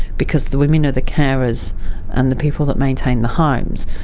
because the women are the carers and the people that maintain the homes.